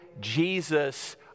Jesus